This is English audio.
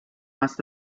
must